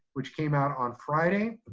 which came out on friday.